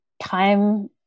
time